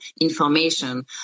information